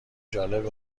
جالبه